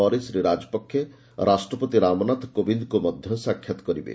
ପରେ ଶ୍ରୀ ରାଜପକ୍ଷେ ରାଷ୍ଟ୍ରପତି ରାମନାଥ କୋବିନ୍ଦଙ୍କ ମଧ୍ୟ ସାକ୍ଷାତ୍ କରିବେ